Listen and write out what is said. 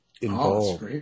involved